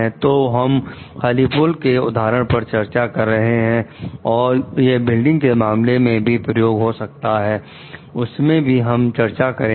तो हम खाली पुल के उदाहरण पर चर्चा कर रहे हैं और यह बिल्डिंग के मामले में भी प्रयोग हो सकता है उसे भी हम चर्चा करेंगे